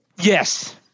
Yes